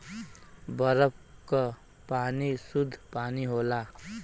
बरफ क पानी सुद्ध पानी होला